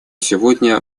сегодня